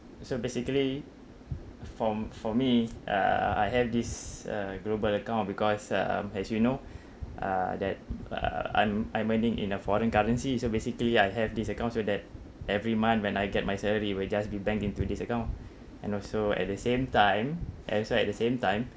so basically for for me uh I have this uh global account because um as you know uh that uh I'm I'm earning in a foreign currency so basically I have this account so that every month when I get my salary will just be banked into this account and also at the same time and so at the same time